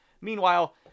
Meanwhile